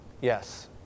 yes